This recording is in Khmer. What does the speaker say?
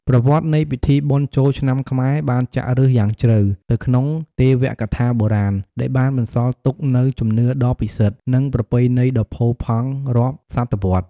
ប្រវត្តិនៃពិធីបុណ្យចូលឆ្នាំខ្មែរបានចាក់ឫសយ៉ាងជ្រៅទៅក្នុងទេវកថាបុរាណ ដែលបានបន្សល់ទុកនូវជំនឿដ៏ពិសិដ្ឋ និងប្រពៃណីដ៏ផូរផង់រាប់សតវត្សរ៍។